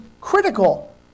critical